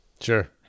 sure